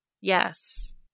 Yes